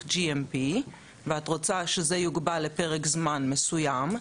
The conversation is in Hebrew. GMP ואת רוצה שזה יוגבל לפרק זמן מסוים,